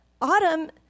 Autumn